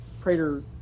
Prater